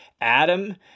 Adam